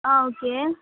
ஆ okay